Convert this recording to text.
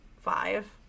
five